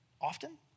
often